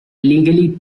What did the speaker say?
legally